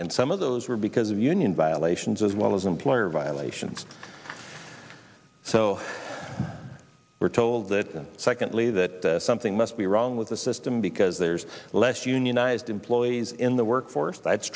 and some of those were because of union violations as well as employer violations so we're told that and secondly that something must be wrong with the system because there's less unionized employees in the workforce that's